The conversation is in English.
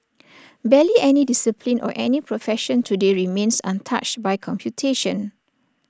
barely any discipline or any profession today remains untouched by computation